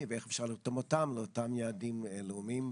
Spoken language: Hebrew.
ואיך אפשר לרתום אותם לאותם יעדים לאומיים,